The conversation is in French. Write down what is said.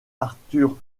artur